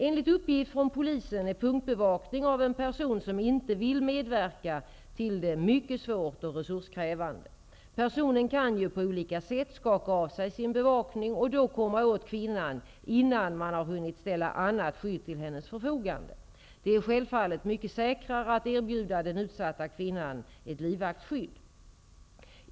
Enligt uppgift från polisen är punktbevakning av en person som inte vill medverka till det mycket svårt och resurskrävande. Personen kan ju på olika sätt skaka av sig sin bevakning och då komma åt kvinnan innan man har hunnit ställa annat skydd till hennes förfogande. Det är självfallet mycket säkrare att erbjuda den utsatta kvinnan ett livvaktsskydd.